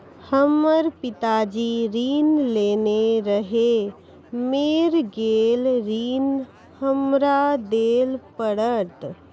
हमर पिताजी ऋण लेने रहे मेर गेल ऋण हमरा देल पड़त?